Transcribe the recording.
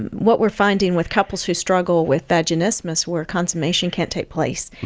and what we're finding with couples who struggle with vaginismus, where consummation can't take place,